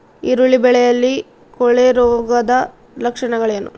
ಈರುಳ್ಳಿ ಬೆಳೆಯಲ್ಲಿ ಕೊಳೆರೋಗದ ಲಕ್ಷಣಗಳೇನು?